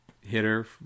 hitter